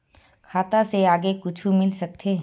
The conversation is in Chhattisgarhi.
खाता से आगे कुछु मिल सकथे?